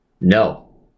No